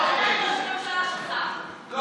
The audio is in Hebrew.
הוא ראש הממשלה שלך,